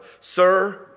sir